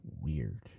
weird